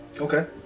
Okay